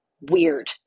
weird